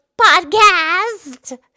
podcast